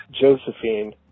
Josephine